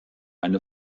eine